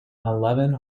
eleven